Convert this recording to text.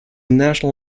national